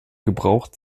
gebraucht